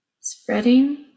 spreading